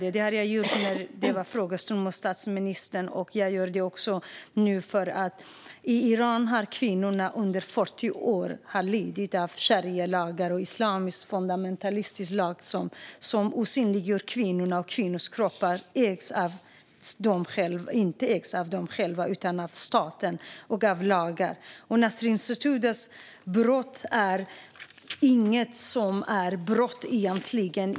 Jag gjorde det under statsministerns frågestund, och jag gör det också nu. I Iran har kvinnorna i 40 år lidit under sharialagar och islamisk fundamentalistisk lagstiftning som osynliggör kvinnor. Kvinnornas kroppar ägs inte av dem själva utan av staten och lagarna. Nasrin Sotoudehs brott är inget brott i egentlig mening.